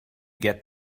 get